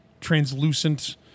translucent